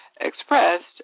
expressed